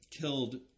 killed